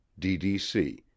DDC